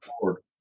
forward